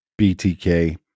BTK